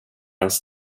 ens